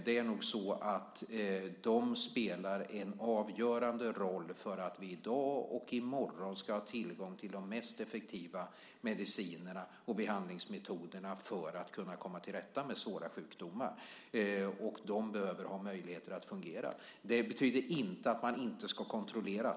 Det är nog så att de spelar en avgörande roll för att vi i dag och i morgon ska ha tillgång till de mest effektiva medicinerna och behandlingsmetoderna för att kunna komma till rätta med svåra sjukdomar. Och de behöver ha möjligheter att fungera. Det betyder inte att man inte ska kontrollera.